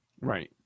Right